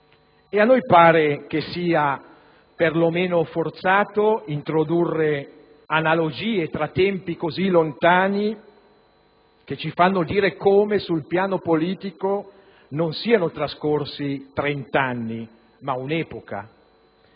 a noi pare che sia perlomeno forzato introdurre analogie tra tempi così lontani, che ci fanno dire come sul piano politico non siano trascorsi trent'anni, ma un'epoca.